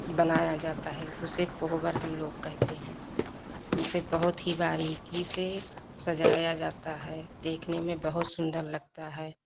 बनाया जाता है उसे कोहोबर हम लोग कहते हैं उसे बहुत ही बारीकी से सजाया जाता है देखने में बहुत सुन्दर लगता है